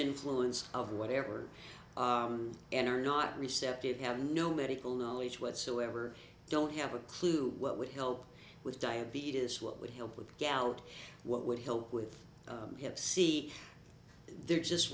influence of whatever and are not receptive have no medical knowledge whatsoever don't have a clue what would help with diabetes what would help with gallant what would help with hiv see they're just